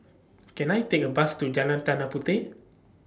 Can I Take A Bus to Jalan Tanah Puteh